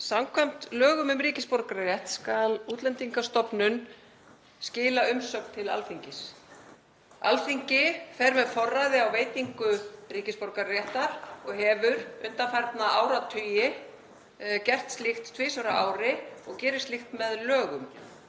Samkvæmt lögum um ríkisborgararétt skal Útlendingastofnun skila umsögn til Alþingis. Alþingi fer með forræði á veitingu ríkisborgararéttar og hefur undanfarna áratugi gert slíkt tvisvar á ári og gerir slíkt með lögum.